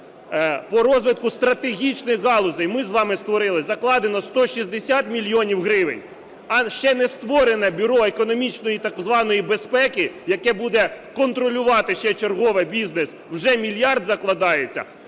по розвитку стратегічних галузей, ми з вами створили, закладено 160 мільйонів гривень, а ще не створене Бюро економічної так званої безпеки, яке буде контролювати ще вчергове бізнес, вже мільярд закладається,